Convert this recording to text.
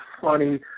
funny